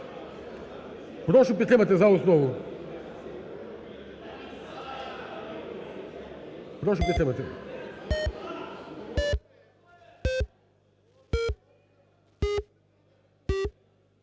Прошу підтримати за основу. Прошу підтримати.